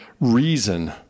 reason